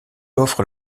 offre